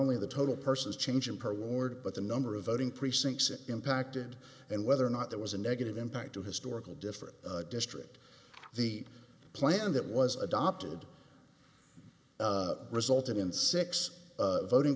only the total persons change in per ward but the number of voting precincts it impacted and whether or not there was a negative impact to historical different district the plan that was adopted resulted in six voting